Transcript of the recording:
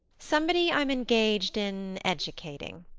somebody i'm engaged in educating.